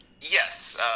Yes